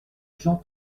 jean